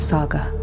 Saga